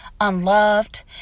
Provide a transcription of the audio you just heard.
unloved